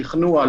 שכנוע,